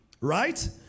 right